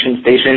station